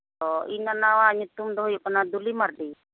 ᱤᱧ ᱱᱟᱱᱟᱣᱟᱜ ᱧᱩᱛᱩᱢ ᱫᱚ ᱦᱩᱭᱩᱜ ᱠᱟᱱᱟ ᱫᱩᱞᱤ ᱢᱟᱨᱰᱤ